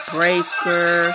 Breaker